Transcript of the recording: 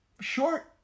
short